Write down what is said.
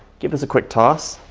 give us a quick toss.